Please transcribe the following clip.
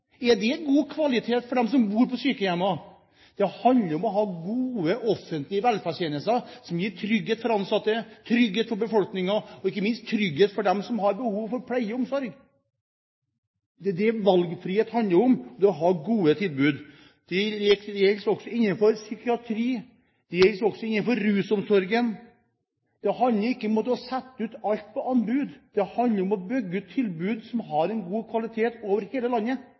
som bor på sykehjemmene? Det handler om å ha gode offentlige velferdstjenester som gir trygghet for ansatte, trygghet for befolkningen og ikke minst trygghet for dem som har behov for pleie og omsorg. Det er det valgfrihet handler om, å ha gode tilbud. Dette gjelder også innenfor psykiatri, det gjelder også innenfor rusomsorgen. Det handler ikke om å sette alt ut på anbud, det handler om å bygge ut tilbud som har god kvalitet i hele landet.